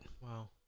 Wow